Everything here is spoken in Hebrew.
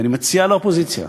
ואני מציע לאופוזיציה: